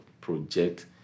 project